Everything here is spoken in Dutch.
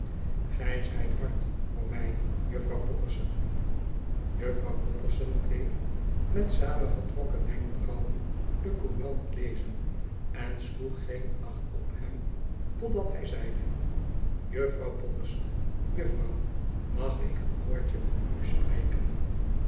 gij zijt hard voor mij juffrouw potterson juffrouw potterson bleef met samengetrokken wenkbrauwen de courant lezen en sloeg geen acht op hem totdat hij zei de juffirouw potterson juffrouw mag ik een woordje met u spreken